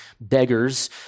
beggars